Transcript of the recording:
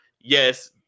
Yes